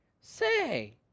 Say